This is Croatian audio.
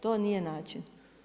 To nije način.